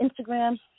Instagram